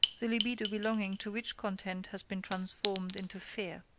the libido belonging to which content has been transformed into fear.